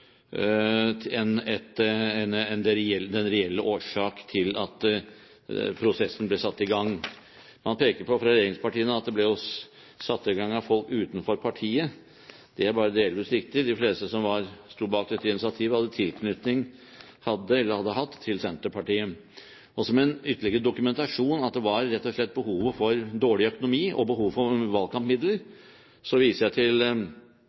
var mer et påskudd enn den reelle årsak til at prosessen ble satt i gang. Man peker fra regjeringspartiene på at det ble satt i gang av folk utenfor partiet. Det er bare delvis riktig. De fleste som sto bak dette initiativet, hadde eller hadde hatt tilknytning til Senterpartiet. Som en ytterligere dokumentasjon på at det rett og slett var dårlig økonomi og behov for valgkampmidler, viser jeg til